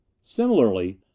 Similarly